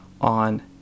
on